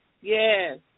Yes